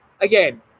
Again